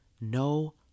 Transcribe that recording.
No